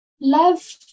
love